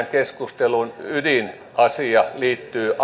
keskustelun ydinasia liittyy